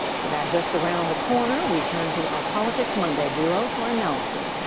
with that just around the corner, we turn to our politics monday duo for analysis.